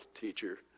teacher